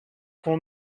qu’on